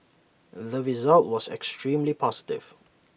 the result was extremely positive